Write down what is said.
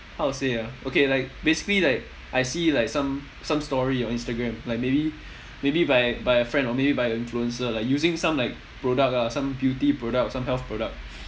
how to say ah okay like basically like I see like some some story on instagram like maybe maybe by by a friend or maybe by a influencer like using some like product ah some beauty product some health product